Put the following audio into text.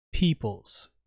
peoples